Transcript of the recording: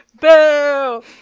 Boo